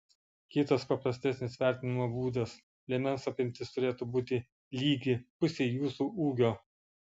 kitas paprastesnis vertinimo būdas liemens apimtis turėtų būti lygi pusei jūsų ūgio